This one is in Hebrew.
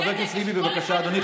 חבר הכנסת טיבי, בבקשה, אדוני.